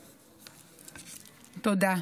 תודה.